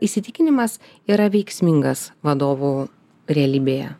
įsitikinimas yra veiksmingas vadovų realybėje